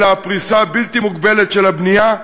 אלא הפריסה הבלתי-מוגבלת של הבנייה,